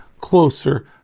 closer